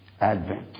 Advent